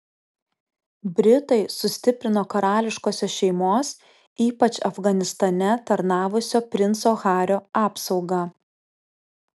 britai sustiprino karališkosios šeimos ypač afganistane tarnavusio princo hario apsaugą